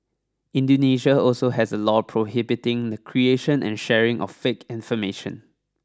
Indonesia also has a law prohibiting the creation and sharing of fake information